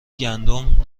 گندم